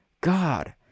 God